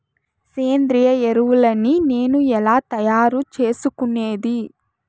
సేంద్రియ ఎరువులని నేను ఎలా తయారు చేసుకునేది?